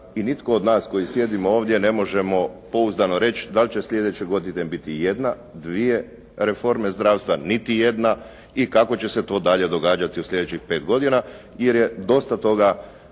I nitko od nas koji sjedimo ovdje ne možemo pouzdano reći dal' će sljedeće godine biti jedna, dvije reforme, niti jedna i kako će se to dalje događati u sljedećih pet godina jer je dosta toga